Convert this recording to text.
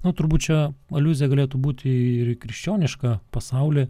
nu turbūt čia aliuzija galėtų būti ir į krikščionišką pasaulį